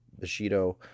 Bushido